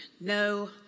No